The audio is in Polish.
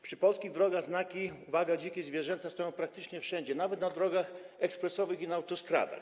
Przy polskich drogach znaki „Uwaga, dzikie zwierzęta” stoją praktycznie wszędzie, nawet na drogach ekspresowych i na autostradach.